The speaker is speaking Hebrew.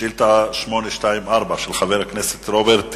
שאילתא 824 של חבר הכנסת רוברט טיבייב,